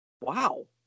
Wow